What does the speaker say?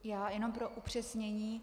Já jenom pro upřesnění.